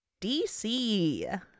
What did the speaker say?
DC